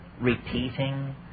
repeating